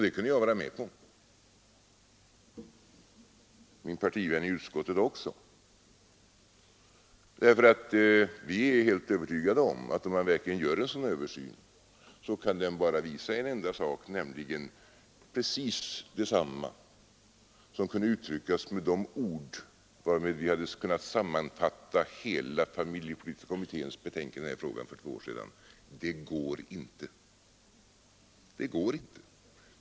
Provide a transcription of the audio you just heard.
Det kunde jag vara med på, och min partivän i utskottet också, eftersom vi är helt övertygade om att ifall en sådan översyn görs kan resultatet uttryckas med precis de tre ord varmed man hade kunnat sammanfatta hela familjepolitiska kommittéens betänkande i denna fråga för ett år sedan: Det går inte!